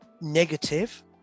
negative